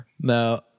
No